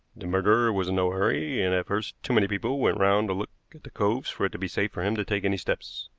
the murderer was in no hurry, and at first too many people went round to look at the coves for it to be safe for him to take any steps.